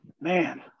man